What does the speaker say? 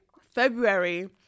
February